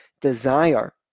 desire